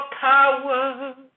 power